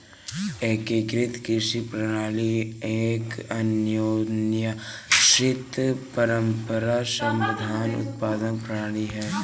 एकीकृत कृषि प्रणाली एक अन्योन्याश्रित, परस्पर संबंधित उत्पादन प्रणाली है